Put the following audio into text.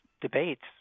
debates